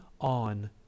on